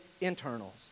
internals